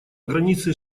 границы